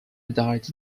died